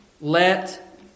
Let